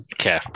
Okay